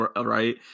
right